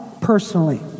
personally